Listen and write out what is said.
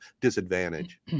disadvantage